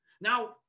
now